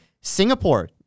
Singapore